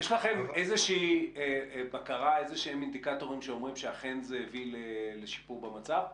האם יש לכם בקרה או אינדיקטורים שאומרים שאכן זה הביא לשיפור במצב?